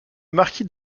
marquis